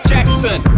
Jackson